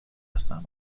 هستم